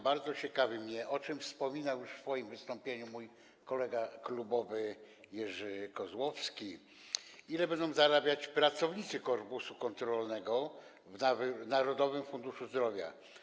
Bardzo mnie ciekawi, o czym wspominał już w swoim wystąpieniu mój kolega klubowy Jerzy Kozłowski, ile będą zarabiać pracownicy korpusu kontrolnego w Narodowym Funduszu Zdrowia.